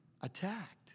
attacked